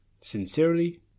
Sincerely